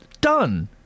done